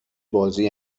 بازی